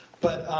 but,